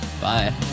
Bye